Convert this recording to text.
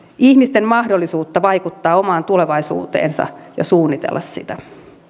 ihmisten mahdollisuutta vaikuttaa omaan tulevaisuuteensa ja suunnitella sitä